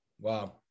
Wow